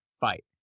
fight